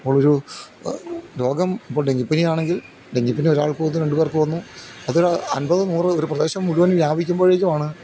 അപ്പോൾ ഒരു രോഗം ഇപ്പോൾ ഡെങ്കിപ്പനി ആണെങ്കിൽ ഡെങ്കിപ്പിനി ഒരാൾക്ക് വന്ന് രണ്ട് പേർക്ക് വന്നു അതൊരു അൻപതോ നൂറോ ഒരു പ്രദേശം മുഴുവൻ വ്യാപിക്കുമ്പോഴേക്കും ആണ്